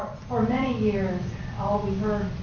for many years all